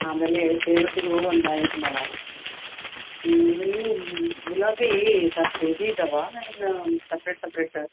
ಆಮೇಲೆ ಸೇವಂತಿಗೆ ಹೂ ಒಂದು ಐದು ಮೊಳ ಇವು ಗುಲಾಬಿ ದಪ್ಪ ಇದೆ ಇದಾವಾ ಇಲ್ಲ ಸಪ್ರೇಟ್ ಸಪ್ರೇಟ್